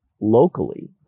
locally